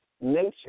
nature